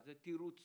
זה תירוץ